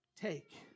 take